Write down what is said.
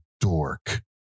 dork